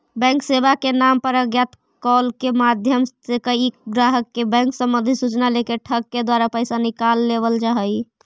bank सेवा के नाम पर अज्ञात कॉल के माध्यम से कईक बार ग्राहक के बैंक संबंधी सूचना लेके ठग के द्वारा पैसा निकाल लेवल जा हइ